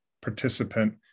participant